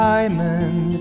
Diamond